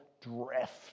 drift